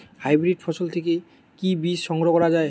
Hybrid ফসল থেকে কি বীজ সংগ্রহ করা য়ায়?